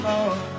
Lord